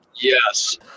yes